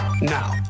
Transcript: Now